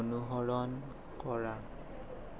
অনুসৰণ কৰা